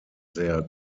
sehr